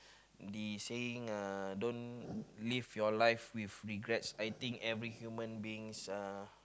the saying uh don't live your life with regret I think every human beings uh